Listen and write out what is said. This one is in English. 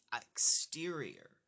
exterior